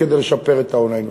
כדי לשפר את ההון האנושי.